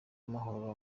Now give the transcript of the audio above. amahoro